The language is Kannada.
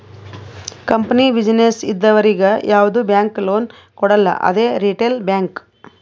ಕಂಪನಿ, ಬಿಸಿನ್ನೆಸ್ ಇದ್ದವರಿಗ್ ಯಾವ್ದು ಬ್ಯಾಂಕ್ ಲೋನ್ ಕೊಡಲ್ಲ ಅದೇ ರಿಟೇಲ್ ಬ್ಯಾಂಕ್